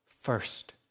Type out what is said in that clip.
first